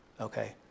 okay